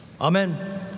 amen